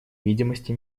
видимости